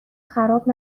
خراب